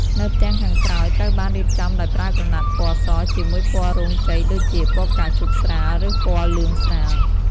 នៅផ្ទាំងខាងក្រោយ ត្រូវបានរៀបចំដោយប្រើក្រណាត់ពណ៌សជាមួយពណ៌រោងជ័យដូចជា ពណ៌ផ្កាឈូកស្រាល ឬពណ៌លឿងស្រាល។